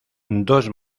dos